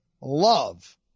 love